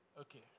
Okay